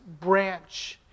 branch